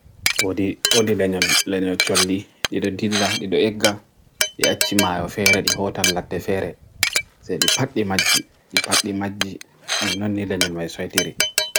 Odi banyan lanyo choli, dido dilla, dido ega, di achimayo fare, di hotan latte fare, se di pati magi, di pati magi, non nilanyan waiswaetire.